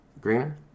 Greener